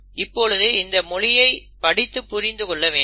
இப்பொழுது இந்த மொழியை படித்து புரிந்து கொள்ள வேண்டும்